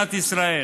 למדינת ישראל.